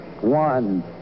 one